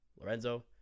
Lorenzo